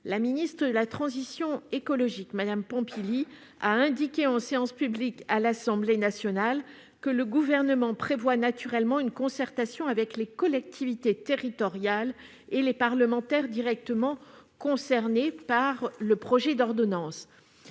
la ministre, vous avez indiqué en séance publique à l'Assemblée nationale que le Gouvernement prévoyait naturellement une concertation avec les collectivités territoriales et les parlementaires directement concernés par le projet d'ordonnance.